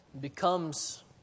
becomes